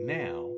now